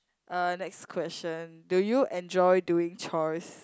uh next question do you enjoy doing chores